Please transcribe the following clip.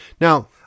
Now